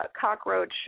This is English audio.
cockroach